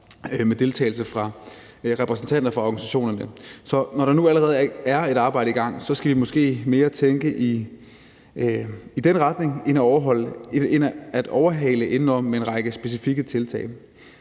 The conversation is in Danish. møde tidligere ind på arbejde. Så når der nu allerede er sat et arbejde i gang, skal vi måske mere tænke i den retning end overhale indenom med en række specifikke tiltag.